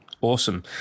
Awesome